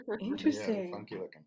interesting